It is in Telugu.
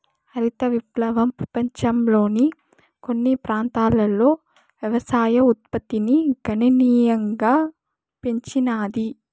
హరిత విప్లవం పపంచంలోని కొన్ని ప్రాంతాలలో వ్యవసాయ ఉత్పత్తిని గణనీయంగా పెంచినాది